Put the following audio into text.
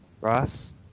Ross